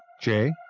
Jay